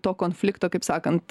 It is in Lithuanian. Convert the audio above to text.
to konflikto kaip sakant